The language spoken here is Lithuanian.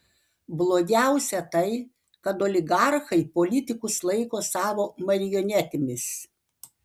blogiausia tai kad oligarchai politikus laiko savo marionetėmis